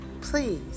Please